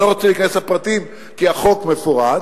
אני לא רוצה להיכנס לפרטים כי החוק מפורט,